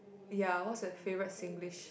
ya what's your favorite Singlish